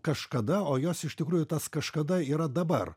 kažkada o jos iš tikrųjų tas kažkada yra dabar